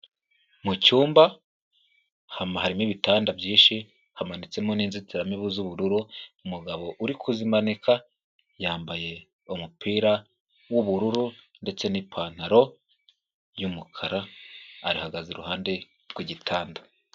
Mu cyumba hama harimo ibitanda byinshi, hamanitsemo n'inzitiramibu z'ubururu, umugabo uri kuzimanika yambaye umupira w'ubururu, ndetse n'ipantaro y'umukara, arahagaze iruhande rw'igitanda.